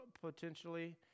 potentially